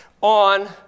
on